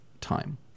time